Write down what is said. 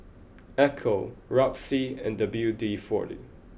Ecco Roxy and W D forty